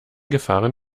gefahren